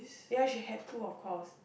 ya she had to of course